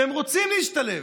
והם רוצים להשתלב.